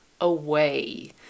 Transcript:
away